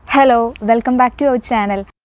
hello! welcome back to our channel